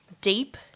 deep